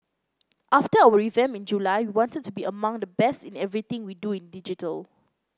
after our revamp in July we wanted to be among the best in everything we do in digital